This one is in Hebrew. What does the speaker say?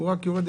הוא רק יורד.